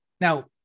Now